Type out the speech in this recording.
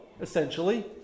essentially